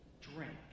drink